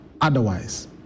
otherwise